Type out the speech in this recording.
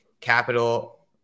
capital